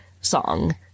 song